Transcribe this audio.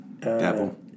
Devil